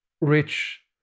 rich